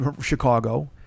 Chicago